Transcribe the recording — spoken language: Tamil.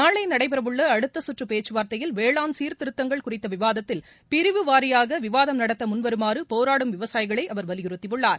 நாளை நடைபெறவுள்ள அடுத்த கற்று பேச்சுவா்த்தையில் வேளாண் சீாதிருத்தங்கள் குறித்த விவாதத்தில் பிரிவு வாரியாக விவாதம் நடத்த முன்வருமாறு போராடும் விவசாயிகளை அவர் வலியுறுத்தியுள்ளார்